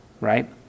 right